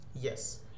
Yes